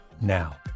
now